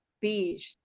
beige